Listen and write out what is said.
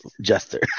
Jester